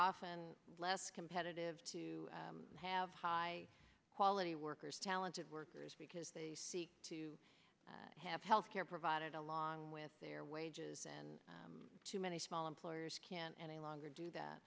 often less competitive to have high quality workers talented workers because they seek to have health care provided along with their wages and too many small employers can any longer do that